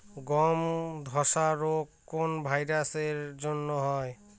গমের ধসা রোগ কোন ভাইরাস এর জন্য হয়?